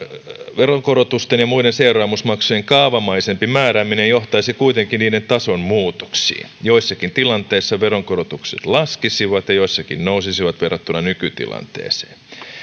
veronkorotusten ja muiden seuraamusmaksujen kaavamaisempi määrääminen johtaisi kuitenkin niiden tason muutoksiin joissakin tilanteissa veronkorotukset laskisivat ja joissakin nousisivat verrattuna nykytilanteeseen